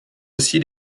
aussi